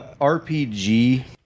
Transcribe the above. RPG